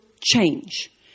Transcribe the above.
Change